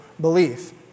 belief